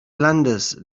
landes